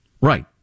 Right